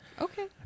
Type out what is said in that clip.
Okay